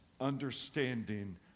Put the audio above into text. understanding